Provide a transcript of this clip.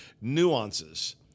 nuances